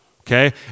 Okay